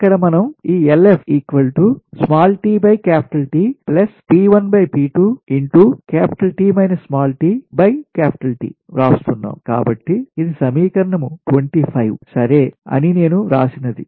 ఇక్కడ మనం ఈ LF వ్రాస్తున్నాం కాబట్టి ఇది సమీకరణం 25 సరేఅని నేను వ్రాసినది